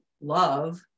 love